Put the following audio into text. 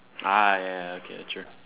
ah ya ya okay true